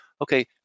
Okay